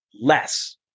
less